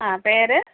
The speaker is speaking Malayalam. ആ പേര്